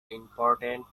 important